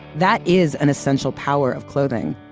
that is an essential power of clothing.